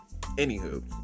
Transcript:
Anywho